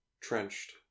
Trenched